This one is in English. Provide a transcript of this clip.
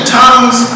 tongues